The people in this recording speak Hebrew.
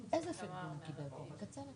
און טופ.